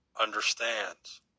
understands